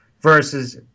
versus